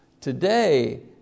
Today